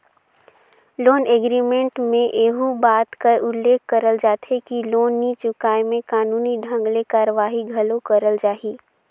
loan agreement में एहू बात कर उल्लेख करल जाथे कि लोन नी चुकाय में कानूनी ढंग ले कारवाही घलो करल जाही